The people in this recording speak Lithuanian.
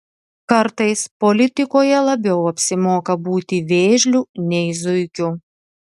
kartais politikoje labiau apsimoka būti vėžliu nei zuikiu